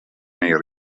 nei